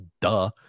Duh